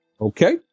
Okay